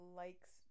likes